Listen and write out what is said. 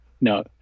No